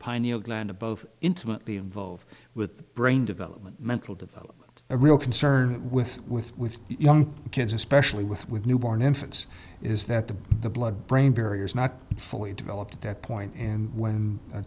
gland both intimately involved with brain development mental develop a real concern with with with young kids especially with with newborn infants is that the the blood brain barrier is not fully developed at that point and when